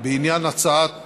בעניין הצעת